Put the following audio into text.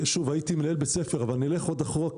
הייתי מנהל בית ספר, אבל נלך עוד אחורה כתלמיד,